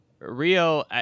Rio